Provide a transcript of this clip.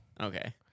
Okay